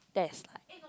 that is like